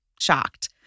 shocked